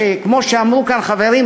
כמו שאמרו כאן חברים,